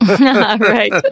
Right